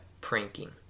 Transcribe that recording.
Pranking